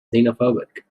xenophobic